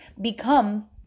become